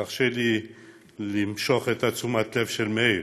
תרשה לי למשוך את תשומת הלב של מאיר.